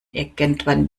irgendwann